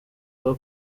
rwa